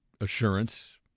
assurance